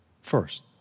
First